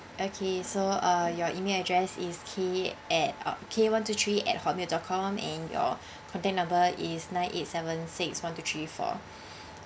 okay so uh your email address is K at uh K one two three at hotmail dot com and your contact number is nine eight seven six one two three four